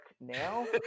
now